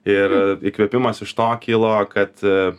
ir įkvėpimas iš to kilo kad